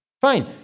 Fine